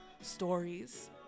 stories